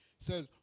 says